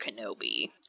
kenobi